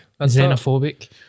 Xenophobic